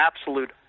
absolute